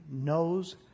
knows